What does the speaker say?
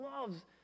loves